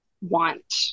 want